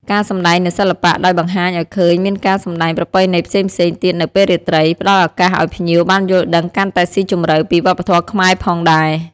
ការសម្តែងនូវសិល្បៈ ដោយបង្ហាញឲ្យឃើញមានការសម្តែងប្រពៃណីផ្សេងៗទៀតនៅពេលរាត្រី ផ្ដល់ឱកាសឱ្យភ្ញៀវបានយល់ដឹងកាន់តែស៊ីជម្រៅពីវប្បធម៌ខ្មែរផងដែរ។